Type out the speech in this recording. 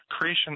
Creation